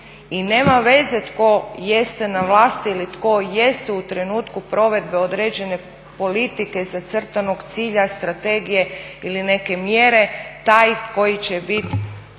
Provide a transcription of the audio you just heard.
I nema veze tko jeste na vlasti ili tko jeste u trenutku provedbe određene politike zacrtanog cilja, strategije ili neke mjere taj koji će biti